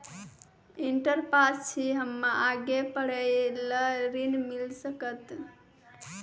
Inter pass छी हम्मे आगे पढ़े ला ऋण मिल सकत?